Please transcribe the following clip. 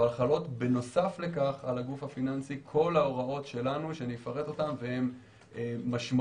אבל חלות בנוסף לכך על הגוף הפיננסי כל ההוראות שלנו והם משמעותיות.